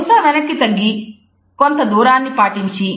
బహుశా వెనక్కి తగ్గి కొంత దూరాన్ని పాటించి